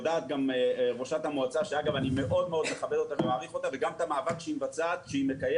יודעת זאת ראש המועצה שאני מאוד מכבד ומעריך אותה ואת המאבק שהיא מקימת,